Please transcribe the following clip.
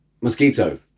Mosquito